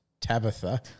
Tabitha